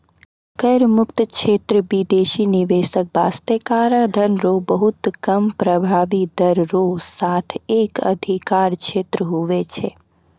कर मुक्त क्षेत्र बिदेसी निवेशक बासतें कराधान रो बहुत कम प्रभाबी दर रो साथ एक अधिकार क्षेत्र हुवै छै